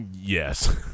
Yes